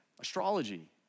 astrology